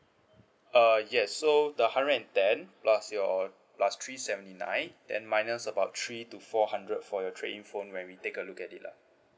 uh yes so the hundred and ten plus your plus three seventy nine then minus about three to four hundred for your trade in phone when we take a look at it lah